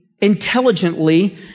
intelligently